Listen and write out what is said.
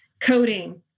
Coding